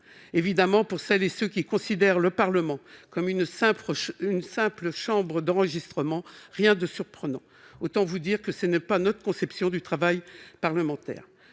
Évidemment, pour celles et ceux qui considèrent le Parlement comme une simple chambre d'enregistrement, il n'y a là rien de surprenant ! Autant vous dire que telle n'est pas notre conception du travail parlementaire.